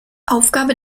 aufgabe